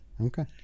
Okay